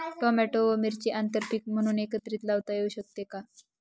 Tomato व मिरची आंतरपीक म्हणून एकत्रित लावता येऊ शकते का?